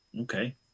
Okay